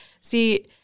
See